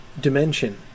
dimension